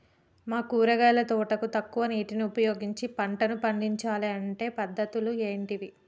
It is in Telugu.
మా కూరగాయల తోటకు తక్కువ నీటిని ఉపయోగించి పంటలు పండించాలే అంటే పద్ధతులు ఏంటివి?